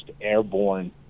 Airborne